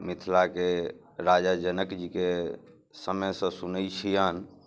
मिथिलाके राजा जनक जी के समयसँ सुनै छियनि